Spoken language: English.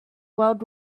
world